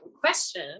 Question